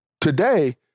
Today